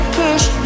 push